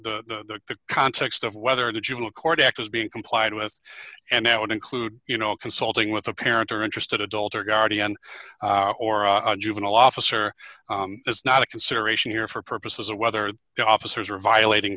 the context of whether the juvenile court act was being complied with and that would include you know consulting with a parent or interested adult or guardian or a juvenile officer is not a consideration here for purposes of whether the officers are violating